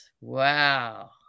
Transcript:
Wow